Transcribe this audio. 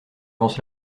avance